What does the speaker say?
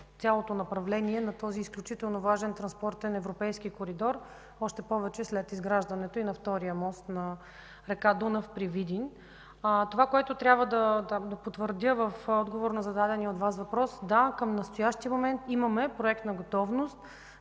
цялото направление на този изключително важен транспортен европейски коридор, още повече след изграждането и на втория мост на река Дунав при Видин. Това, което трябва да потвърдя в отговор на зададения от Вас въпрос: да, към настоящия момент имаме проектна готовност